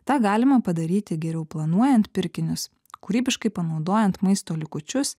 tą galima padaryti geriau planuojant pirkinius kūrybiškai panaudojant maisto likučius